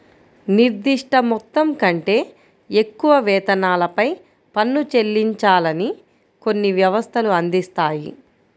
నిర్దిష్ట మొత్తం కంటే ఎక్కువ వేతనాలపై పన్ను చెల్లించాలని కొన్ని వ్యవస్థలు అందిస్తాయి